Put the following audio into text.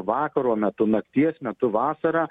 vakaro metu nakties metu vasarą